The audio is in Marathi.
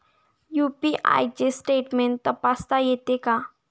यु.पी.आय चे स्टेटमेंट तपासता येते का?